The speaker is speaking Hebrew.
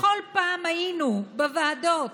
בכל פעם היינו בוועדות,